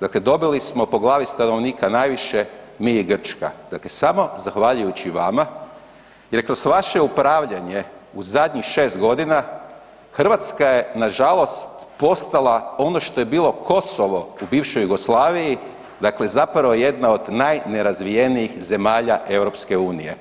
dakle dobili smo po glavi stanovnika najviše mi i Grčka, dakle samo zahvaljujući vama jer je kroz vaše upravljanje u zadnjih 6 g., Hrvatska je nažalost postala ono što je bilo Kosovo u bivšoj Jugoslaviji, dakle zapravo jedna od najnerazvijenijih zemalja EU-a.